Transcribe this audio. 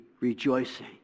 rejoicing